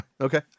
okay